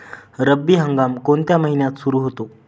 रब्बी हंगाम कोणत्या महिन्यात सुरु होतो?